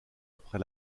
après